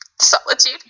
solitude